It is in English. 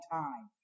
time